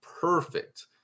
perfect